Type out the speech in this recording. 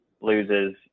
loses